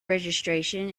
registration